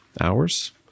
hours